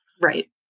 Right